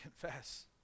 confess